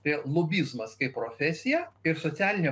tai lobizmas kaip profesija ir socialinė